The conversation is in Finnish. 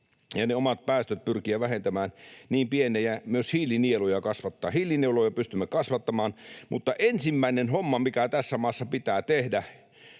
ne omat päästöt pyrkiä vähentämään niin pieneen ja myös hiilinieluja kasvattaa... Hiilinieluja pystymme kasvattamaan, mutta ensimmäinen homma, mikä tässä maassa pitää tehdä,